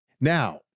Now